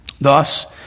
Thus